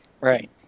Right